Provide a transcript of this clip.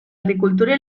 agricultura